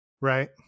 Right